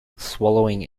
swallowing